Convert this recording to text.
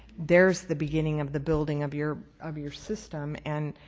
there's the beginning of the building of your of your system and,